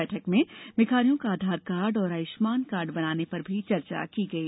बैठक में भिखारियों का आधार कार्ड और आयुष्मान कार्ड बनाने पर भी चर्चा की गई